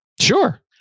Sure